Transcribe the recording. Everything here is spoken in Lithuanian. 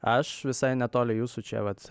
aš visai netoli jūsų čia vat